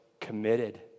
committed